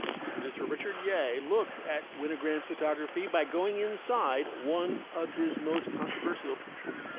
producer richard yei looks at winogrand photography by going inside one of his most controversial pictures